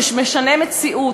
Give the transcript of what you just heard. שמשנה מציאות.